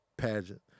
pageant